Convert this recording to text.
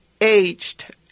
aged